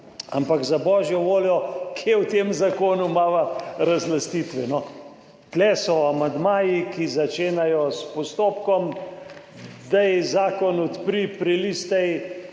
ampak za božjo voljo, kje v tem zakonu imava razlastitve? Tu so amandmaji, ki začenjajo s postopkom: daj zakon, odpri, prelistaj